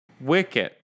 Wicket